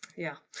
yeah.